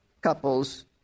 couples